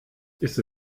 ist